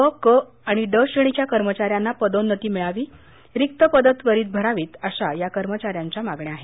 बक आणि ड श्रेणीच्या कर्मचा यांना पदोन्नती मिळावी रिक्त पदं त्वरीत भरावी अशा या कर्मचाऱ्यांच्या मागण्या आहेत